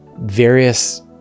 various